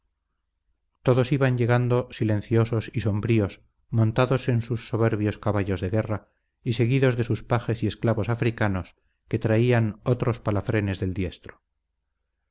todos iban llegando silenciosos y sombríos montados en sus soberbios caballos de guerra y seguidos de sus pajes y esclavos africanos que traían otros palafrenes del diestro